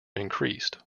increased